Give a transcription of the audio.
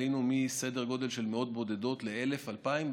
עלינו מסדר גודל של מאות בודדות ל-1,000 2,000,